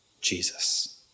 Jesus